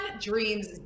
dreams